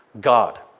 God